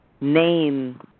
name